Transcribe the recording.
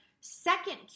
second